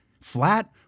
flat